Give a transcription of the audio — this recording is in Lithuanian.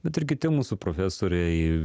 bet ir kiti mūsų profesoriai